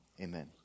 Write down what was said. amen